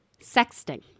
Sexting